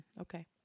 Okay